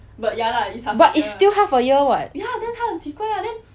but it's still half a year [what]